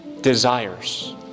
desires